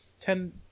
ten